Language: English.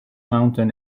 mountain